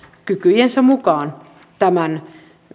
kykyjensä mukaan tämän